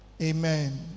Amen